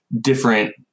different